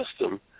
system